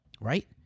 Right